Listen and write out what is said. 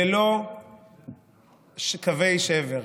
ללא קווי שבר.